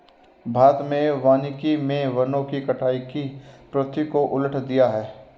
भारत में वानिकी मे वनों की कटाई की प्रवृत्ति को उलट दिया है